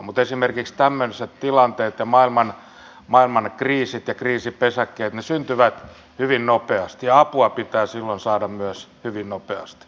mutta esimerkiksi tämmöiset tilanteet ja maailman kriisit ja kriisipesäkkeet syntyvät hyvin nopeasti ja apua pitää silloin myös saada hyvin nopeasti